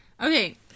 Okay